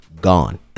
gone